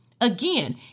Again